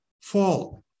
fall